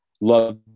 Love